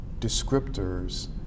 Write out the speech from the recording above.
descriptors